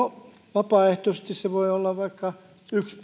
vapaaehtoisesti se voi olla vaikka yksi